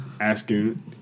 asking